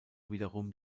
wiederum